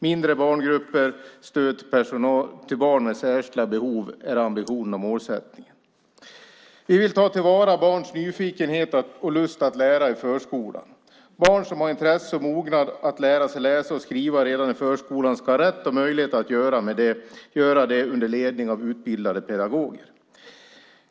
Mindre barngrupper och stöd till barn med särskilda behov är ambitionen och målsättningen. Vi vill ta till vara barns nyfikenhet och lust att lära i förskolan. Barn som har intresse av och mognad för att lära sig läsa och skriva redan i förskolan ska ha rätt till och möjlighet att göra det under ledning av utbildade pedagoger.